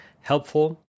helpful